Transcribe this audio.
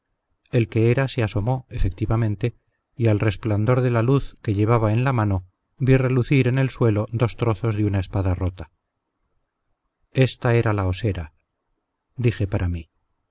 el que era se asomó efectivamente y al resplandor de la luz que llevaba en la mano vi relucir en el suelo dos trozos de una espada rota ésta era la osera dije para mí